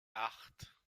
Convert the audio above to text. acht